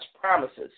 promises